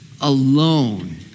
alone